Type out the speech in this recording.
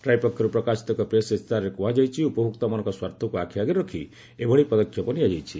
TRAI ପକ୍ଷରୁ ପ୍ରକାଶିତ ଏକ ପ୍ରେସ୍ ଇସ୍ତାହାରରେ କୁହାଯାଇଛି ଉପଭୋକ୍ତାମାନଙ୍କ ସ୍ୱାର୍ଥକୁ ଆଖିଆଗରେ ରଖି ଏଭଳି ପଦକ୍ଷେପ ନିଆଯାଇଛି